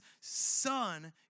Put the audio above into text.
son